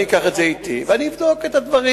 אני אקח את זה אתי ואני אבדוק את הדברים.